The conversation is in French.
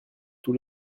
tous